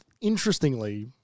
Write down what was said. Interestingly